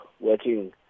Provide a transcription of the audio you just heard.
working